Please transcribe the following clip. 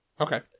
Okay